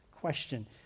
question